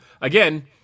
again